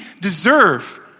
deserve